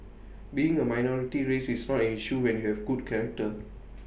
being A minority race is not an issue when you have good character